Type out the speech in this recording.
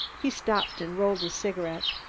he stopped and rolled a cigarette.